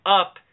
up